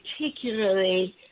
particularly